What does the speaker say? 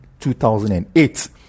2008